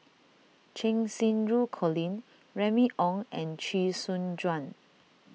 Cheng Xinru Colin Remy Ong and Chee Soon Juan